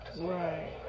Right